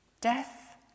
Death